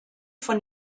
von